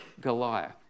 Goliath